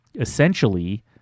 essentially